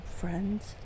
friends